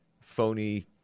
phony